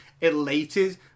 elated